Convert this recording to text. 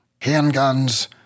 handguns